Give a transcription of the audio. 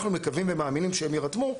אנחנו מקווים ומאמינים שהם יירתמו,